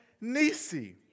Nisi